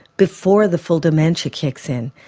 before the full dementia kicks in,